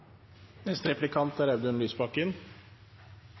neste er